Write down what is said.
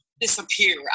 disappear